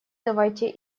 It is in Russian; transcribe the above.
давайте